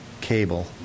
cable